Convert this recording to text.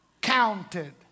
counted